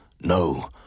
No